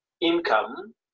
income